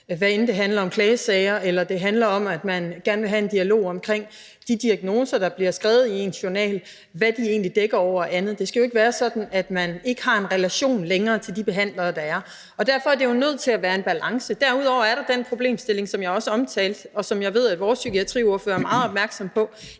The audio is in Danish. hvad enten det handler om klagesager, eller det handler om, at man gerne vil have en dialog omkring de diagnoser, der bliver skrevet i ens journal, og hvad de egentlig dækker over og andet. Det skal jo ikke være sådan, at man ikke længere har en relation til de behandlere, der er der. Og derfor er det jo nødt til at være en balance. Derudover er der den problemstilling, som jeg også omtalte, og som jeg ved at vores psykiatriordfører er meget opmærksom på,